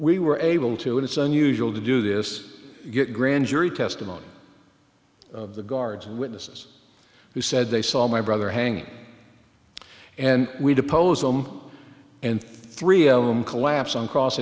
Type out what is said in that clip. we were able to it's unusual to do this grand jury testimony of the guards witnesses who said they saw my brother hanging and we depose them and three of them collapse on cross